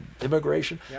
immigration